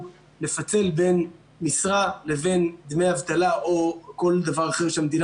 לפצל בין משרה לבין דמי אבטלה או כל דבר אחר שהמדינה